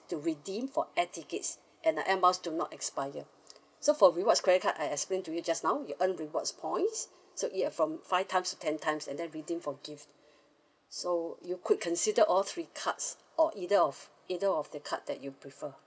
to redeem for air tickets and the Air Miles do not expire so for rewards credit card I explain to you just now you earn rewards points so it uh from five times to ten times and then redeem for gift so you could consider all three cards or either of either of the card that you prefer